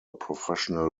professional